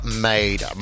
made